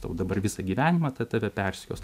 tau dabar visą gyvenimą tai tave persekios